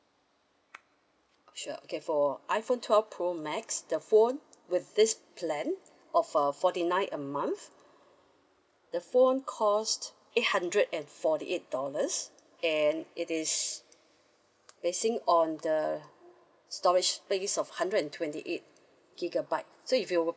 sure okay for iPhone twelve pro max the phone with this plan of uh forty nine a month the phone cost eight hundred and forty eight dollars and it is base on the storage space of hundred and twenty eight gigabyte so if you